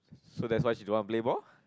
so that's why she don't want blame oh